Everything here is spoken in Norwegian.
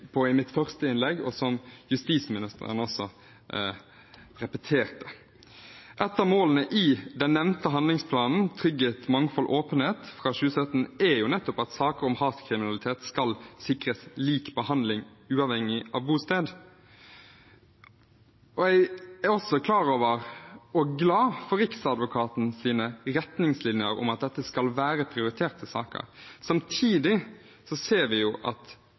mitt første innlegg, og som justisministeren også repeterte. Et av målene i den nevnte handlingsplanen, «Trygghet, mangfold, åpenhet» fra 2017, er jo nettopp at saker om hatkriminalitet skal sikres lik behandling uavhengig av bosted. Jeg er også klar over – og glad for – Riksadvokatens retningslinjer om at dette skal være prioriterte saker. Samtidig ser vi at